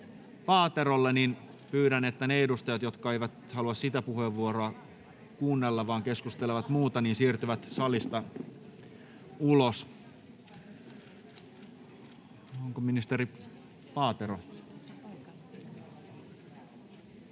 Paaterolle, pyydän, että ne edustajat, jotka eivät halua sitä puheenvuoroa kuunnella vaan keskustelevat muuta, siirtyvät salista ulos. — Onko ministeri Paatero?